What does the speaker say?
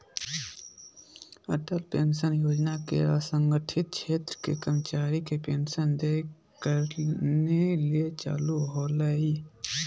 Atal pension योजना के असंगठित क्षेत्र के कर्मचारी के पेंशन देय करने ले चालू होल्हइ